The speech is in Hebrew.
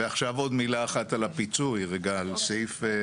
ועכשיו עוד מילה אחת על הפיצוי רגע, על הסעיף.